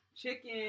chicken